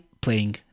playing